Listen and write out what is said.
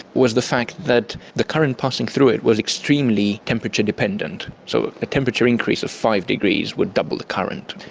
was the fact that the current passing through it was extremely temperature dependent. so a temperature increase of five degrees would double the current.